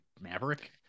Maverick